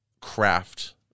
craft